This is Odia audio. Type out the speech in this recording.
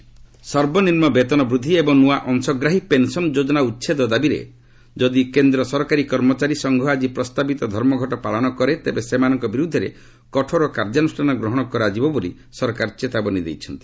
ଡିଓପିଟି ଷ୍ଟ୍ରାଇକ୍ ସର୍ବନିମ୍ମ ବେତନ ବୃଦ୍ଧି ଏବଂ ନୂଆ ଅଂଶଗ୍ରାହୀ ପେନ୍ସନ୍ ଯୋଜନା ଉଚ୍ଛେଦ ଦାବିରେ ଯଦି କେନ୍ଦ୍ରୀୟ ସରକାରୀ କର୍ମଚାରୀ ସଂଘ ଆଜି ପ୍ରସ୍ତାବିତ ଧର୍ମଘଟ ପାଳନ କରେ ତେବେ ସେମାନଙ୍କ ବିରୁଦ୍ଧରେ କଠୋର କାର୍ଯ୍ୟାନୃଷ୍ଣାନ ଗ୍ରହଣ କରାଯିବ ବୋଲି ସରକାର ଚେତାବନୀ ଦେଇଛନ୍ତି